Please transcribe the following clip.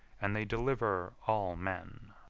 and they deliver all men.